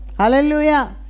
Hallelujah